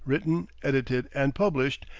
written, edited, and published,